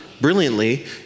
brilliantly